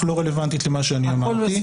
אך לא רלוונטית למה שאני אמרתי.